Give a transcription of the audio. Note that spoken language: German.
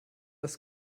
das